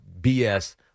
BS